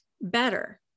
better